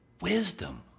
wisdom